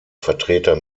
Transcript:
vertreter